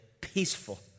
peaceful